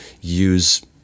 use